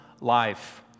life